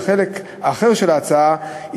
החלק האחר של ההצעה,